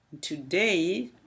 today